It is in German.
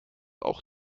auch